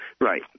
Right